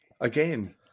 again